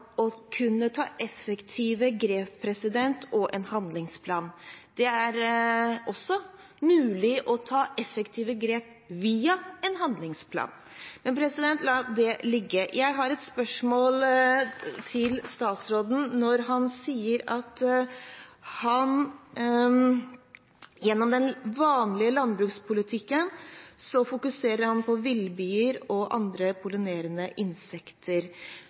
å kunne ta effektive grep og å ha en handlingsplan – det er også mulig å ta effektive grep via en handlingsplan. Men la det ligge. Statsråden sier at han gjennom den vanlige landbrukspolitikken fokuserer på villbier og andre